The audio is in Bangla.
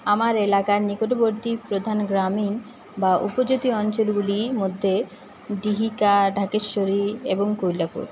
আমার এলাকার নিকটবর্তী প্রধান গ্রামীণ বা উপজাতি অঞ্চলগুলির মধ্যে ডিহিকা ঢাকেশ্বরী এবং কুইলাপুর